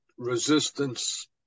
resistance